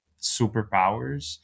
superpowers